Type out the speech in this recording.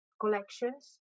collections